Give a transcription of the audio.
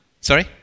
Sorry